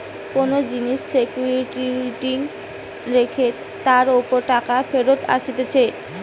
কোন জিনিস সিকিউরিটি রেখে তার উপর টাকা ফেরত আসতিছে